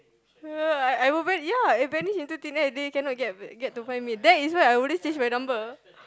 uh I would vanish ya if vanish to thin air they cannot get get to find me that is I wouldn't change my number